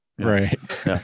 Right